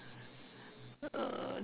err